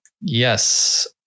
Yes